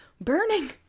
Burning